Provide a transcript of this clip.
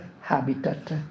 habitat